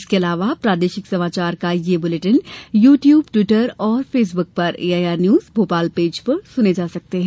इसके अलावा प्रादेशिक समाचार बुलेटिन यू द्यूब ट्विटर और फेसबुक पर एआईआर न्यूज भोपाल पेज पर सुने जा सकते हैं